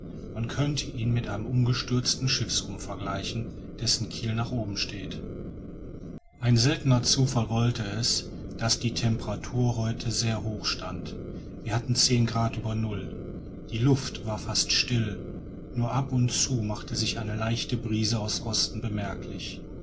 man könnte ihn mit einem umgestürzten schiffsrumpf vergleichen dessen kiel nach oben steht ein seltener zufall wollte es daß die temperatur heute sehr hoch stand wir hatten zehn grad über null die luft war fast still nur ab und zu machte sich eine leichte brise aus osten bemerklich